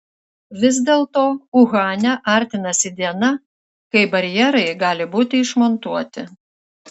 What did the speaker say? vis dėlto uhane artinasi diena kai barjerai gali būti išmontuoti